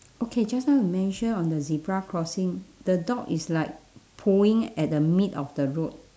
okay just now you mention on the zebra crossing the dog is like pooing at the mid of the road